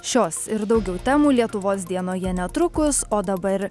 šios ir daugiau temų lietuvos dienoje netrukus o dabar